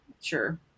Sure